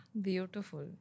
Beautiful